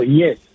yes